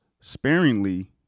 sparingly